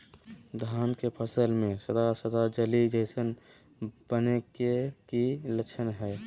धान के फसल में सादा सादा जाली जईसन बने के कि लक्षण हय?